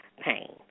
pain